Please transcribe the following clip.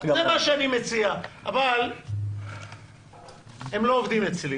זה מה שאני מציע, אבל הם לא עובדים אצלי